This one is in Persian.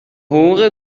حقوق